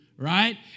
Right